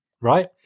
right